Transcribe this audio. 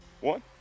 one